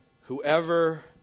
Whoever